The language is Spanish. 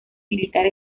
militar